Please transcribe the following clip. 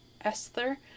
Esther